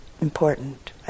important